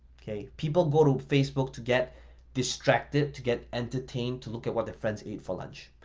okay? people go to facebook to get distracted, to get entertained, to look at what their friends ate for lunch.